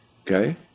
Okay